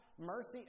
mercy